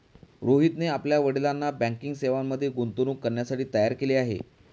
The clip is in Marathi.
रोहितने आपल्या वडिलांना बँकिंग सेवांमध्ये गुंतवणूक करण्यासाठी तयार केले आहे